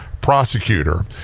prosecutor